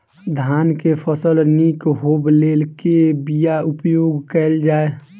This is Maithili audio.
धान केँ फसल निक होब लेल केँ बीया उपयोग कैल जाय?